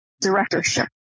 directorship